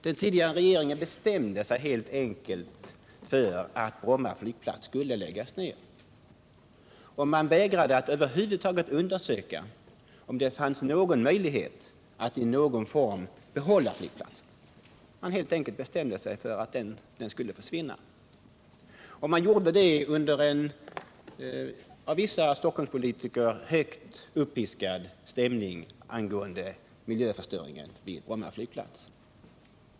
Den tidigare regeringen bestämde sig helt enkelt för att Bromma flygplats skulle läggas ned, och man vägrade att över huvud taget undersöka, om det fanns någon möjlighet att i någon form behålla flygplatsen. Man bestämde sig helt enkelt för att den skulle försvinna, och det skedde i en av vissa stockholmspolitiker starkt uppiskad stämning mot miljöförstörelse vid Bromma flygplats.